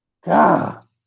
God